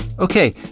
Okay